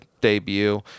debut